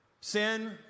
sin